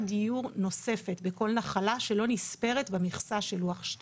דיור נוספת לכל נחלה שלא נספרת במכסה של לוח2.